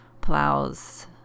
plows